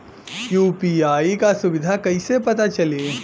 UPI क सुविधा कैसे पता चली?